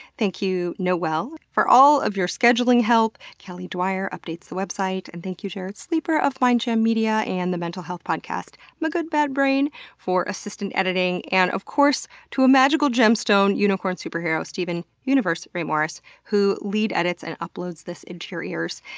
thank you noel for all of your scheduling help, kelly dwyer updates the website, and thank you jarrett sleeper of mindjam media and the mental health podcast my good bad brain for assistant editing. and of course to a magical gemstone unicorn superhero steven universe ray morris who lead edits and uploads this into your ears.